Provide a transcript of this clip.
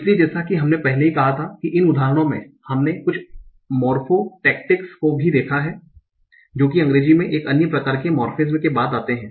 इसलिए जैसा कि हमने पहले ही कहा था कि इन उदाहरणों में हमने कुछ मॉर्फोटैक्टिक्स को भी देखा है जो कि अंग्रेजी में एक अन्य प्रकार के morphemes के बाद आते हैं